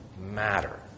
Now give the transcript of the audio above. matter